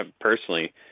personally